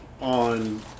on